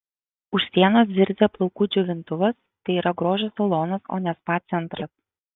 už sienos zirzia plaukų džiovintuvas tai yra grožio salonas o ne spa centras